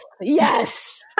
Yes